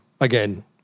again